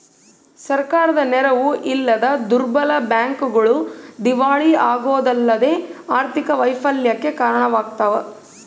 ಸರ್ಕಾರದ ನೆರವು ಇಲ್ಲದ ದುರ್ಬಲ ಬ್ಯಾಂಕ್ಗಳು ದಿವಾಳಿಯಾಗೋದಲ್ಲದೆ ಆರ್ಥಿಕ ವೈಫಲ್ಯಕ್ಕೆ ಕಾರಣವಾಗ್ತವ